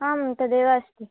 आं तदेव अस्ति